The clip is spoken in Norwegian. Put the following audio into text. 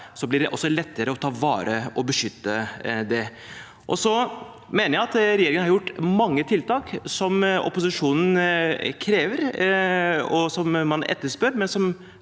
blir det også lettere å ta vare på det og beskytte det. Jeg mener at regjeringen har gjort mange tiltak som opposisjonen krever, og som man etterspør,